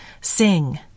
Sing